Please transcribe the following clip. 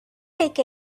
take